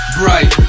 bright